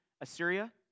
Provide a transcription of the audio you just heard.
Assyria